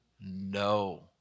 no